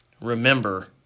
remember